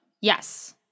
Yes